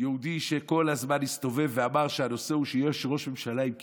יהודי שכל הזמן הסתובב ואמר שהנושא הוא שיש ראש ממשלה עם כיפה.